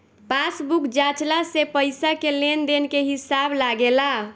passbook जाँचला से पईसा के लेन देन के हिसाब लागेला